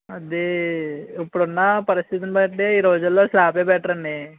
అదీ ఇప్పుడున్న పరిస్థితిని బట్టి ఈ రోజుల్లో స్లాబే బెటర్ అండి